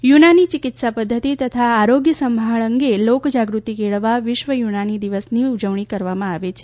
યુનાની ચિકિત્સા પદ્ધતિ તથા આરોગ્ય સંભાળ અંગે લોકજાગૃતિ કેળવવા વિશ્વ યુનાની દિવસની ઉજવણી કરવામાં આવે છે